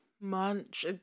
Munch